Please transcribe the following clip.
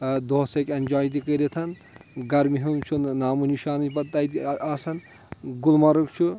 دۄہس ہیٚکہِ اینٛجاے تہِ کٔرِتھ گرمی ہُنٛد چھُنہٕ نامو نِشانٕے پتہٕ تَتہِ آسَان گُلمرگ چھُ